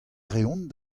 reont